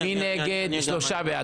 שלושה בעד.